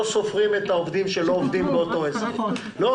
סופרים את העובדים שלא עובדים באותו עסק.